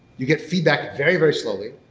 you get feedback very, very slowly.